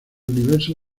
universo